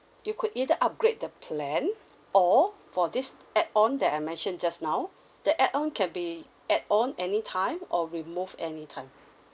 you could either upgrade the plan or for this add-on that I mentioned just now the add-on can be add on any time or remove any time